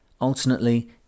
Alternately